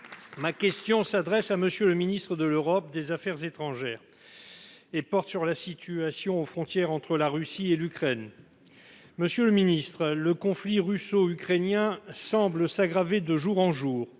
Ma question s'adresse à M. le ministre de l'Europe et des affaires étrangères, et porte sur la situation aux frontières entre la Russie et l'Ukraine. Monsieur le ministre, le conflit russo-ukrainien semble s'aggraver de jour en jour